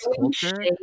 culture